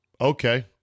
Okay